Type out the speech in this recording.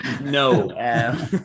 no